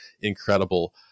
incredible